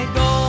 go